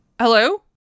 hello